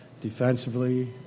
defensively